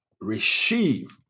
receive